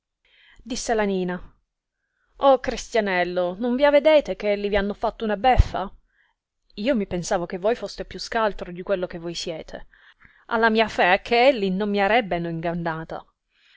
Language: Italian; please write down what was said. disse la nina cristianello non vi avedete che elli vi hanno fatto una beffa io mi pensavo che voi foste più scaltro di quello che voi siete alla mia fé che elli non mi arrebbeno ingannata